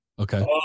Okay